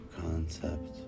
concept